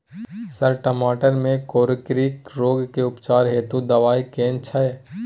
Sir टमाटर में कोकरि रोग के उपचार हेतु दवाई केना छैय?